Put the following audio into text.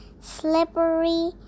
Slippery